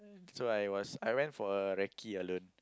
so I was I went for a recce alone